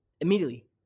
immediately